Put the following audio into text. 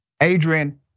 Adrian